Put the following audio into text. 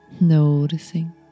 noticing